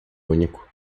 único